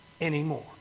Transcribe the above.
anymore